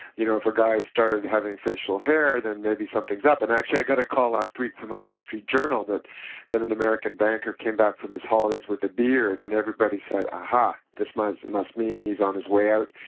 you know, if a guy started having facial hair, then maybe something is up, and actually, i got a call last week from the wall street journal that that an american banker came back from his holidays with a beard, and everybody said, aha, this must must mean he is on his way out,